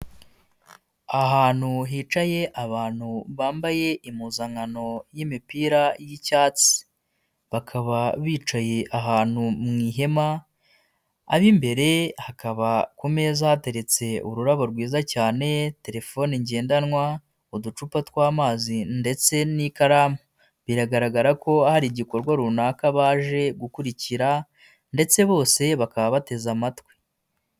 Ahantu hicaye abantu bambaye impuzankano y'imipira y'icyatsi, bakaba bicaye ahantu mu ihema, ab'imbere hakaba ku meza hateretse ururabo rwiza cyane, telefone ngendanwa, uducupa tw'amazi ndetse n'ikaramu, biragaragara ko hari igikorwa runaka baje gukurikira ndetse bose bakaba bateze amatwi.